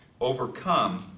overcome